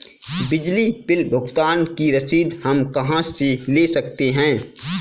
बिजली बिल भुगतान की रसीद हम कहां से ले सकते हैं?